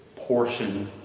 portion